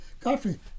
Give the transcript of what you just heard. Godfrey